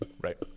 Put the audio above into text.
Right